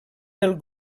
del